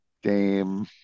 game